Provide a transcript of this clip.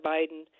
Biden